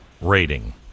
rating